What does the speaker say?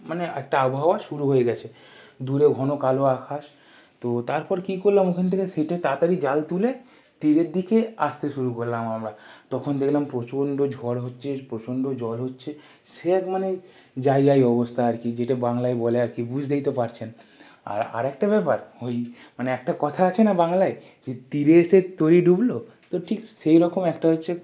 মানে একটা আবহাওয়া শুরু হয়ে গেছে দূরে ঘন কালো আকাশ তো তারপর কি করলাম ওখান থেকে শিটে তাড়াতাড়ি জাল তুলে তীরের দিকে আসতে শুরু করলাম আমরা তখন দেখলাম প্রচণ্ড ঝড় হচ্চে প্রচণ্ড জল হচ্ছে সে এক মানে যাই যাই অবস্থা আর কি যেটা বাংলায় বলে আর কি বুঝতেই তো পারছেন আর আর একটা ব্যাপার ওই মানে একটা কথা আছে না বাংলায় যে তীরে এসে তরী ডুবলো তো ঠিক সেই রকম একটা হচ্ছে